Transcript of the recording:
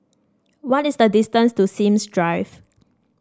what is the distance to Sims Drive